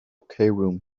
cairum